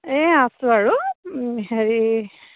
এই আছোঁ আৰু হেৰি